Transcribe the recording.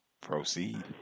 Proceed